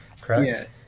correct